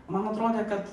man atrodė kad